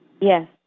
Yes